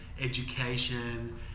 education